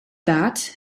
that